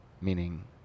Meaning